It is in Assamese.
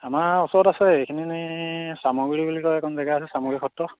আমাৰ ওচৰত আছে এইখিনি আমি চামগুৰি বুলি কয় এখন জেগা আছে চামগুৰি সত্ৰ